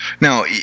Now